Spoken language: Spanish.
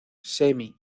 semi